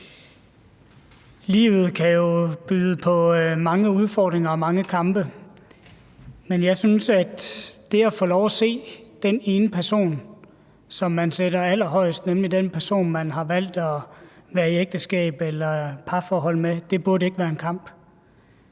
Livet kan jo byde på mange udfordringer og mange kampe, men jeg synes ikke, det burde være en kamp at få lov at se den ene person, som man sætter allerhøjest, nemlig den person, man har valgt at være i ægteskab eller parforhold med. Og nu er det jo på